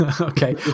okay